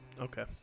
Okay